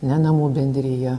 ne namų bendrija